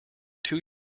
two